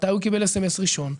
מתי הוא קיבל אס.אם.אס ראשון,